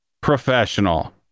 Professional